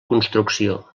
construcció